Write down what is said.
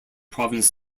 province